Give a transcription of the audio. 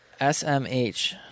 SMH